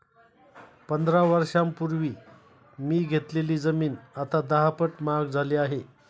पंधरा वर्षांपूर्वी मी घेतलेली जमीन आता दहापट महाग झाली आहे